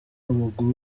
w’amaguru